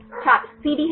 छात्र सीडी हिट